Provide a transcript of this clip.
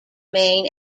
main